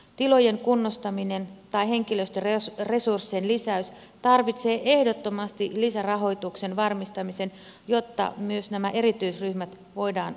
tilojen kunnostaminen tai henkilöstöresurssien lisäys tarvitsee ehdottomasti lisärahoituksen varmistamisen jotta myös nämä erityisryhmät voidaan ottaa huomioon